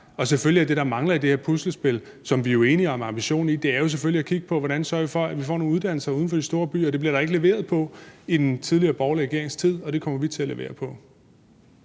Selvfølgelig er det, der mangler i det her puslespil, som vi jo er enige om ambitionen i, at kigge på, hvordan vi sørger for, at vi får nogle uddannelser uden for de store byer. Det blev der ikke leveret på i den tidligere borgerlige regerings tid, og det kommer vi til at levere på.